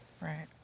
Right